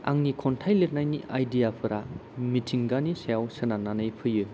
आंनि खन्थाइ लिरनायनि आइडियाफोरा मिथिंगानि सायाव सोनारनानै फैयो